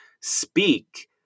speak